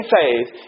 faith